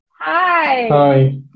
Hi